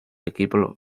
equipo